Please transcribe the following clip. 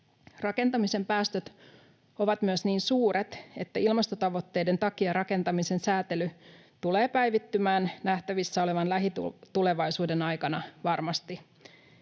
Rakentamisen päästöt ovat myös niin suuret, että ilmastotavoitteiden takia rakentamisen säätely tulee päivittymään nähtävissä olevan lähitulevaisuuden aikana varmasti.